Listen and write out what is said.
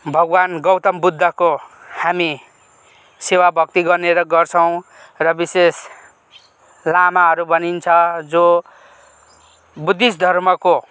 भगवान् गौतम बुद्धको हामी सेवा भक्ति गर्ने र गर्छौँ र विशेष लामाहरू भनिन्छ जो बुद्धिस्ट धर्मको